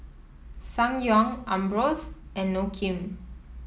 Ssangyong Ambros and Inokim